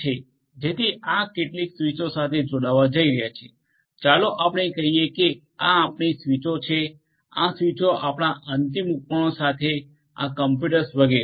જેથી આ કેટલીક સ્વીચો સાથે જોડાવવા જઈ રહ્યા છે ચાલો આપણે કહીએ કે આ આપણી સ્વીચો છે આ સ્વીચો આપણા અંતિમ ઉપકરણો સાથે આ કમ્પ્યુટર્સ વગેરે